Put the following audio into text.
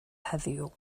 heddiw